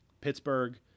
Pittsburgh